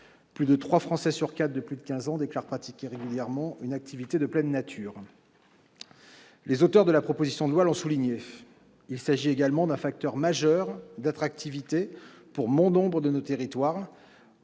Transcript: Plus de trois Français sur quatre de plus de quinze ans déclarent pratiquer régulièrement une activité de pleine nature. Les auteurs de la proposition de loi l'ont souligné, il s'agit également d'un facteur majeur d'attractivité, encouragé par la loi, pour bon nombre de nos territoires.